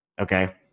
Okay